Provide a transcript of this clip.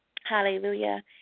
Hallelujah